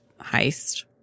heist